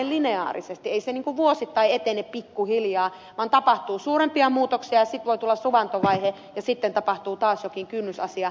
ei se ikään kuin vuosittain etene pikkuhiljaa vaan tapahtuu suurempia muutoksia ja sitten voi tulla suvantovaihe ja sitten tapahtuu taas jokin kynnysasia